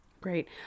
Great